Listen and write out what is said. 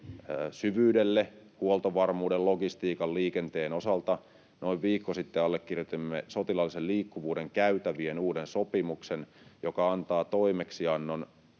syvyydelle huoltovarmuuden, logistiikan, liikenteen osalta. Noin viikko sitten allekirjoitimme sotilaallisen liikkuvuuden käytävien uuden sopimuksen, joka antaa Pohjoismaiden